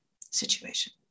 situation